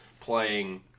playing